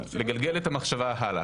לגלגל את המחשבה הלאה.